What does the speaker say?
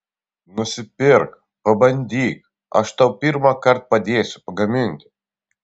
nusipirk pabandyk aš tau pirmąkart padėsiu pagaminti